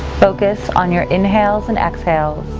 focus on your inhales and exhales.